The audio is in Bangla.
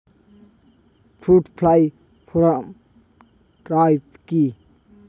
ফ্রুট ফ্লাই ফেরোমন ট্র্যাপ কি?